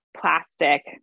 plastic